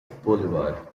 boulevard